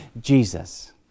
Jesus